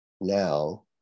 now